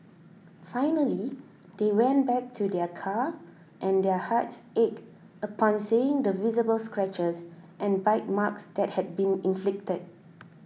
finally they went back to their car and their hearts ached upon seeing the visible scratches and bite marks that had been inflicted